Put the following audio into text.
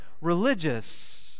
religious